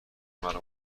مرا